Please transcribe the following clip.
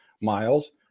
miles